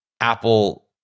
Apple